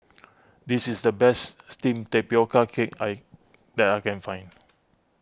this is the best Steamed Tapioca Cake I that I can find